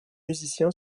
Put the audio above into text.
musicien